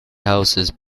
houses